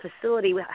facility